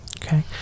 okay